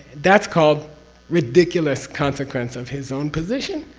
that's called ridiculous consequence of his own position.